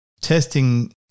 testing